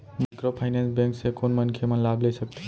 Microfinance bank से कोन मनखे मन लाभ ले सकथे?